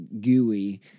gooey